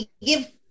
give